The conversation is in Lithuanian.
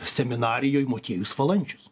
seminarijoj motiejus valančius